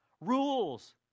Rules